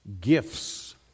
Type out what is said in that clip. gifts